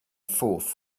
fourth